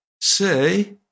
say